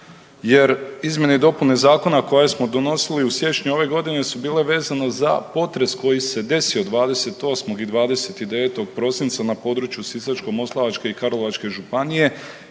jer izmjene i dopune Zakona koje smo donosili u siječnju ove godine su bile vezano za potres koji se desio 28. i 29. prosinca na području Sisačko-moslavačke i Karlovačke županije